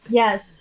yes